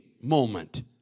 moment